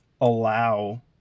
allow